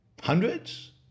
Hundreds